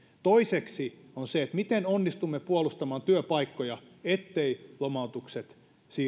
toiseksi on se miten onnistumme puolustamaan työpaikkoja etteivät lomautukset